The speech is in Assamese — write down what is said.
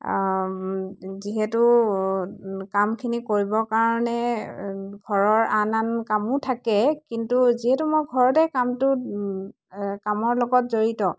যিহেতু কামখিনি কৰিব কাৰণে ঘৰৰ আন আন কামো থাকে কিন্তু যিহেতু মই ঘৰতে কামটো কামৰ লগত জড়িত